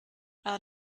out